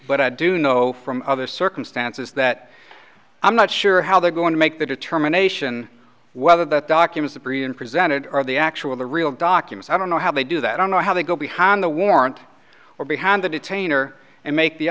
but i do know from other circumstances that i'm not sure how they're going to make the determination whether the documents agree in presented or the actual the real documents i don't know how they do that don't know how they go behind the warrant or behind the detain or and make the